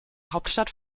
hauptstadt